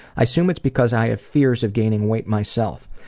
i assume it's because i have fears of gaining weight, myself.